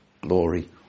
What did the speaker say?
glory